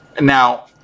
Now